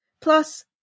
Plus